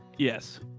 Yes